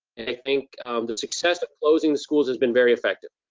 and i think the success of closing the schools has been very effective.